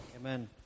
Amen